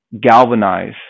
galvanize